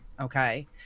okay